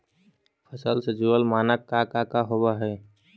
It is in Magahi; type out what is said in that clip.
फसल से जुड़ल मानक का का होव हइ?